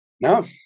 No